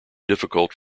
difficult